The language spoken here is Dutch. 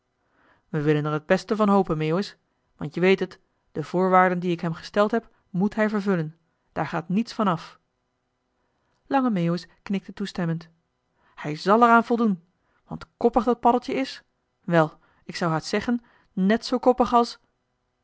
we willen er t beste van hopen meeuwis want je weet het de voorwaarden die ik hem gesteld heb moet hij vervullen daar gaat niets van af lange meeuwis knikte toestemmend hij zàl er aan voldoen want koppig dat paddeltje is wel ik zou haast zeggen net zoo koppig als